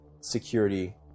security